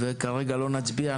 כרגע לא נצביע.